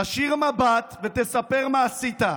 תישיר מבט ותספר מה עשית.